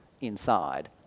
inside